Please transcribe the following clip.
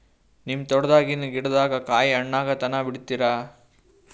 ನಿಮ್ಮ ತೋಟದಾಗಿನ್ ಗಿಡದಾಗ ಕಾಯಿ ಹಣ್ಣಾಗ ತನಾ ಬಿಡತೀರ?